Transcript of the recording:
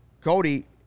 Cody